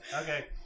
Okay